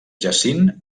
jacint